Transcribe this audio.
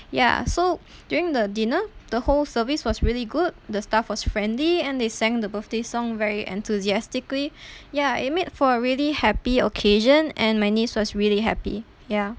ya so during the dinner the whole service was really good the staff was friendly and they sang the birthday song very enthusiastically ya it made for a really happy occasion and my niece was really happy ya